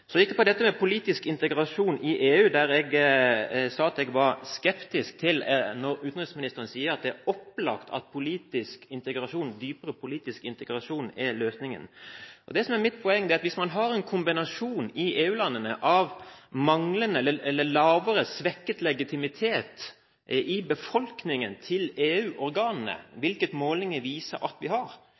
å hevde det. Så til dette med politisk integrasjon i EU. Jeg sa at jeg var skeptisk når utenriksministeren sier det er opplagt at dypere politisk integrasjon er løsningen. Det som er mitt poeng, er at hvis man i EU-landene blant befolkningen har en kombinasjon av manglende eller svekket legitimitet til EU-organene – hvilket målinger viser at man har